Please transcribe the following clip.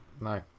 no